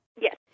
Yes